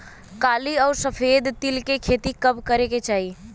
काली अउर सफेद तिल के खेती कब करे के चाही?